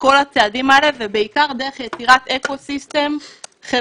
כל הצעדים האלה ובעיקר דרך יצירת אקו סיסטם חברתי,